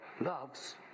loves